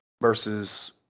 versus